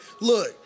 look